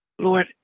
Lord